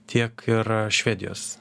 tiek ir švedijos